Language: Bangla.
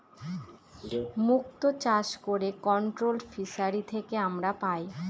মুক্ত চাষ করে কন্ট্রোলড ফিসারী থেকে আমরা পাই